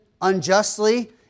unjustly